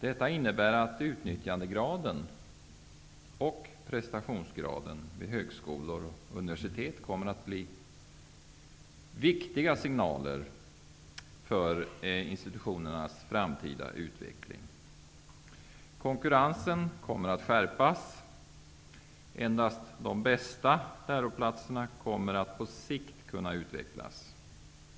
Detta innebär att utnyttjandegraden och prestationsgraden vid högskolor och universitet kommer att bli viktiga signaler för institutionernas framtida utveckling. Konkurrensen kommer att skärpas. Endast de bästa läroplatserna kommer att kunna utvecklas på sikt.